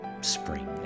spring